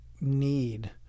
need